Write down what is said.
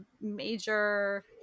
major